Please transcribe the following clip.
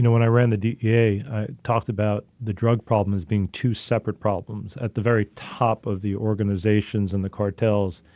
when i ran the dea, yeah i talked about the drug problem as being two separate problems. at the very top of the organizations and the cartels,